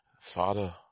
Father